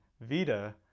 vita